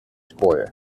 square